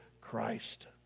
Christ